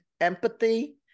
empathy